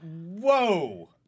Whoa